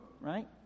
Right